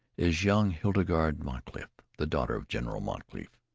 is young hildegarde moncrief, the daughter of general moncrief.